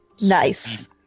Nice